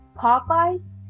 Popeyes